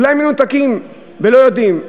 אולי הם מנותקים ולא יודעים.